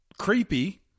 creepy